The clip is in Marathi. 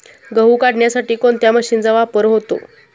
गहू काढण्यासाठी कोणत्या मशीनचा वापर होतो?